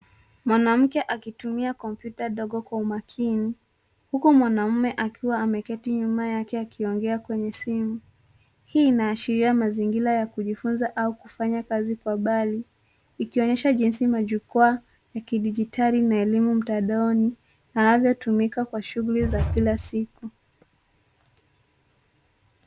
Mwanamke akitumia kompyuta ndogo kwa umakini, huku mwanaume akiwa ameketi nyuma yake akiongea kwenye simu. Hii inaashiria mazingira ya kujifunza au kufanya kazi kwa mbali, ikionyesha jinsi majukwaa ya kidijitali na elimu mtandaoni yanavyotumika kwa shughuli za kila siku.